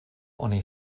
oni